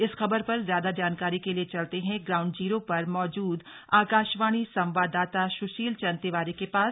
इस खबर पर ज्यादा जानकारी के लिए चलते हैं ग्राउंड जीरो पर मौजूद आकाशवाणी संवाददाता सुशील चंद्र तिवारी के पास